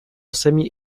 semi